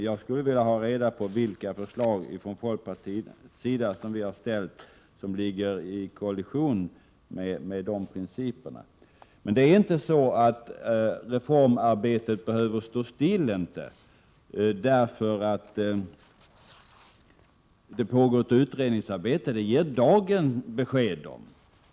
Jag skulle vilja ha reda på vilka förslag som vi har ställt från folkpartiet som ligger på kollisionskurs med de principerna! Det är inte så att reformarbetet behöver stå stilla därför att det pågår ett utredningsarbete. Det ger dagen besked om.